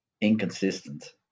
inconsistent